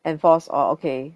enforce orh okay